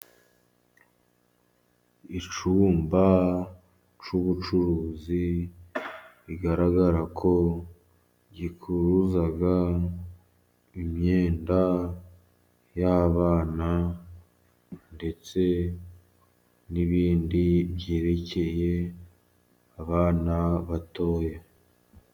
Icyumba cy'ubucuruzi, bigaragara ko gicuruza imyenda y'abana, ndetse n'ibindi byerekeye abana batoya.